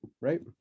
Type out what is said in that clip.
right